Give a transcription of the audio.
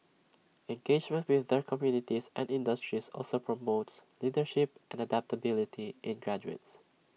engagement with their communities and industries also promotes leadership and adaptability in graduates